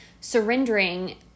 Surrendering